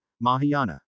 Mahayana